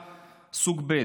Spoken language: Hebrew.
בביטוי "סוג ב'".